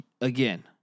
again